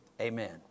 Amen